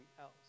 else